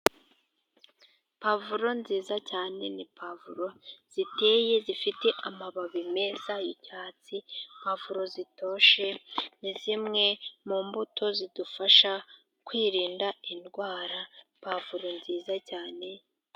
Pavuro nziza cyane, ni pavro ziteye zifite amababi meza yicyatsi, pavuro zitoshye ni zimwe mu mbuto zidufasha kwirinda indwara. Pavuro ni nziza cyane.